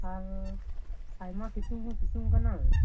ᱟᱨ ᱟᱭᱢᱟ ᱥᱤᱛᱩᱝ ᱦᱚᱸ ᱥᱤᱛᱩᱝ ᱠᱟᱱᱟ